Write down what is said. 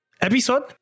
episode